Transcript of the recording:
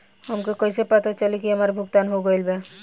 हमके कईसे पता चली हमार भुगतान हो गईल बा?